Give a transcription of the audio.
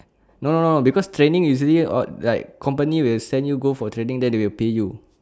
no no no because training usually ought like company will send you go for training then they will pay you